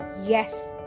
yes